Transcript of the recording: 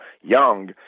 young